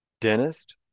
dentist